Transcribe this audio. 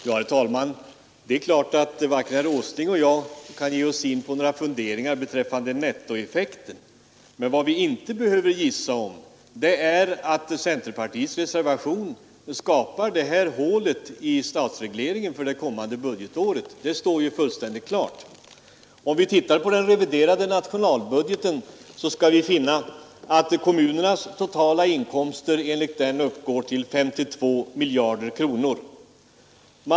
Herr talman! Det är klart att varken herr Åsling eller jag kan ge oss in på några funderingar beträffande nettoeffekten. Men vad vi inte behöver gissa om är att ett bifall till centerpartiets reservation skulle skapa detta hål i statsregleringen för det kommande budgetåret. Det står fullständigt klart. Om vi ser på den reviderade nationalbudgeten skall vi finna att kommunernas totala inkomster enligt den uppgår till 52 miljarder kronor.